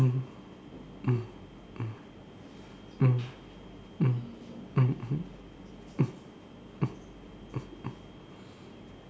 mm mm mm mm